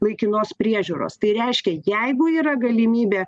laikinos priežiūros tai reiškia jeigu yra galimybė